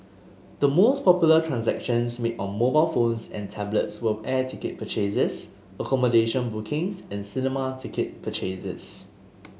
the most popular transactions made on mobile phones and tablets were air ticket purchases accommodation bookings and cinema ticket purchases